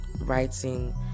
writing